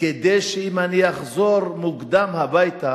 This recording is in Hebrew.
כדי שאם אני אחזור מוקדם הביתה,